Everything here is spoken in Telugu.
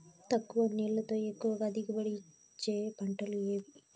తక్కువ నీళ్లతో ఎక్కువగా దిగుబడి ఇచ్చే పంటలు ఏవి?